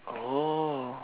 oh